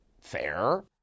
fair